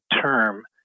term